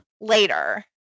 later